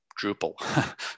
Drupal